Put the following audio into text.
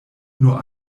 nur